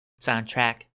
soundtrack